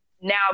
now